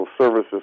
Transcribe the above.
services